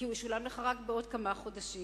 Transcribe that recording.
כי הוא ישולם לך רק בעוד כמה חודשים.